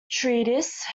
treatise